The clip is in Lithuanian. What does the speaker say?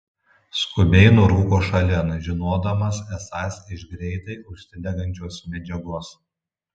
skubiai nurūko šalin žinodamas esąs iš greitai užsidegančios medžiagos